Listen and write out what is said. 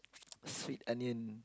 sweet onion